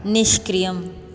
निष्क्रियम्